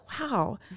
wow